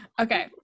Okay